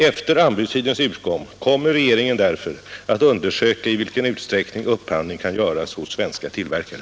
Efter anbudstidens utgång kommer regeringen därför att undersöka i vilken utsträckning upphandling kan göras hos svenska tillverkare.